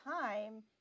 time